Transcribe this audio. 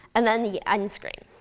and then the end screen.